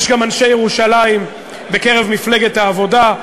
יש גם אנשי ירושלים בקרב מפלגת העבודה,